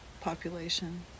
population